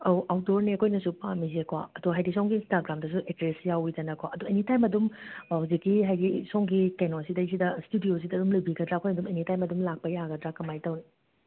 ꯑꯧ ꯑꯥꯎ꯭ꯠꯗꯣꯔꯅꯦ ꯑꯩꯈꯣꯏꯅꯁꯨ ꯄꯥꯝꯃꯤꯁꯦꯀꯣ ꯑꯗꯣ ꯍꯥꯏꯗꯤ ꯁꯣꯝꯒꯤ ꯏꯟꯁ꯭ꯇꯥꯒ꯭ꯔꯥꯝꯗꯁꯨ ꯑꯦꯗ꯭ꯔꯦꯁ ꯌꯥꯎꯋꯤꯗꯅꯀꯣ ꯑꯗꯣ ꯑꯦꯅꯤꯇꯥꯏꯝ ꯑꯗꯨꯝ ꯍꯧꯖꯤꯛꯀꯤ ꯍꯥꯏꯗꯤ ꯁꯣꯝꯒꯤ ꯀꯩꯅꯣꯁꯤꯗꯩꯁꯤꯗ ꯁ꯭ꯇꯨꯗ꯭ꯌꯣꯁꯤꯗ ꯑꯗꯨꯝ ꯂꯩꯕꯤꯒꯗ꯭ꯔꯥ ꯑꯩꯈꯣꯏ ꯑꯗꯨꯝ ꯑꯦꯅꯤꯇꯥꯏꯝ ꯂꯥꯛꯄ ꯌꯥꯒꯗ꯭ꯔꯥ ꯀꯃꯥꯏꯅ ꯇꯧꯋꯤ